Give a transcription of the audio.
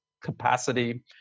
capacity